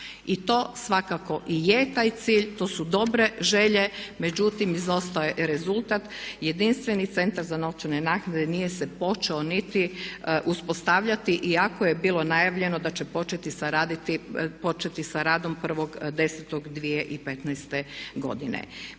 i to svakako i je taj cilj, to su dobre želje. Međutim, izostao je rezultat. Jedinstveni Centar za novčane naknade nije se počeo niti uspostavljati iako je bilo najavljeno da će početi sa radom 1.10.2015. godine.